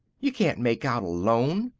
you can't make out alone.